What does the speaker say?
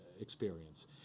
experience